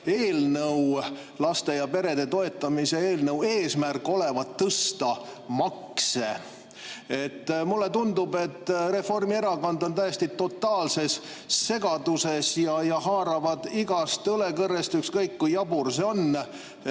eelnõu, laste ja perede toetamise eelnõu eesmärk olevat tõsta makse. Mulle tundub, et Reformierakond on täiesti totaalses segaduses ja haarab igast õlekõrrest, ükskõik kui jabur see on.